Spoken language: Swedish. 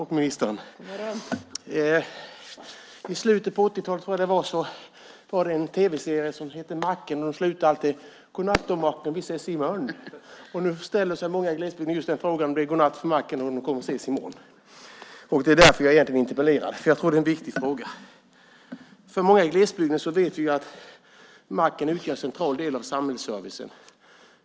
Herr talman! I slutet av 80-talet tror jag att det var som det gick en tv-serie som hette Macken . Den slutade alltid med: God natt då macken, vi ses i môrrn! Nu ställer sig många i glesbygden just frågan om det är god natt för macken eller om de kommer att ses i morgon. Det är egentligen därför jag interpellerar, för jag tror att det är en viktig fråga. För många i glesbygden vet vi att macken utgör en central del av samhällsservicen.